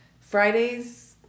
Fridays